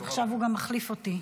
עכשיו הוא גם מחליף אותי.